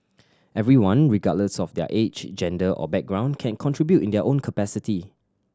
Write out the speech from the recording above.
everyone regardless of their age gender or background can contribute in their own capacity